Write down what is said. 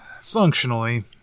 Functionally